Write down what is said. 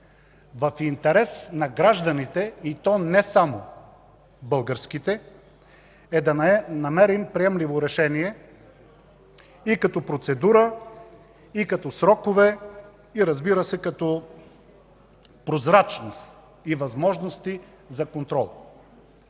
в интерес на гражданите, и то не само българските, е да намерим приемливо решение и като процедура, и като срокове, и като прозрачност и възможности за контрол.